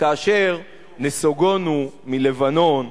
שכאשר נסוגונו מלבנון,